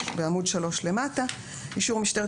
בעמוד 3 למטה: "אישור המשטרה 3. (ז) לעניין חוק זה,